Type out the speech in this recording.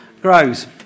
grows